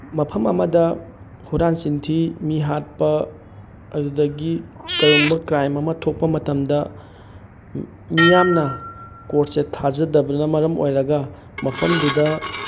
ꯃꯐꯝ ꯑꯃꯗ ꯍꯨꯔꯥꯅ ꯆꯤꯟꯊꯤ ꯃꯤꯍꯥꯠꯄ ꯑꯗꯨꯗꯒꯤ ꯀꯔꯝꯕ ꯀ꯭ꯔꯥꯏꯝ ꯑꯃ ꯊꯣꯛꯄ ꯃꯇꯝꯗ ꯃꯤꯌꯥꯝꯅ ꯀꯣꯔꯠꯁꯦ ꯊꯥꯖꯗꯕꯅ ꯃꯔꯝ ꯑꯣꯏꯔꯒ ꯃꯐꯝꯗꯨꯗ